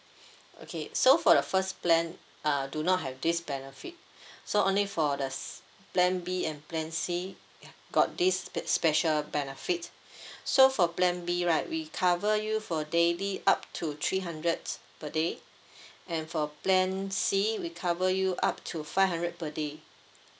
okay so for the first plan uh do not have this benefit so only for the se~ plan B and plan C ya got this sp~ special benefit so for plan B right we cover you for daily up to three hundred per day and for plan C we cover you up to five hundred per day